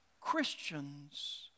Christians